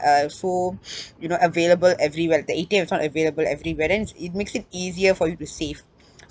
uh so you know available everywhere the A_T_M is not available everywhere then it's~ it makes it easier for you to save